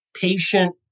patient